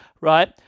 right